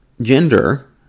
gender